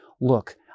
look